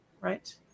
right